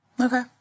Okay